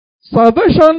salvation